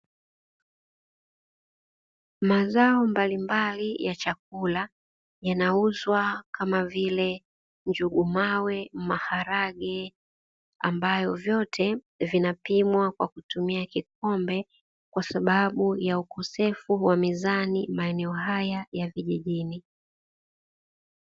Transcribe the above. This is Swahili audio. Mazao mbalimbali ya chakula yanauzwa kama vile njugu mawe, maharage, ambayo vyote vinapimwa kwa kutumia kikombe, kwa sababu ya ukosefu wa mizani maeneo haya ya vijijini.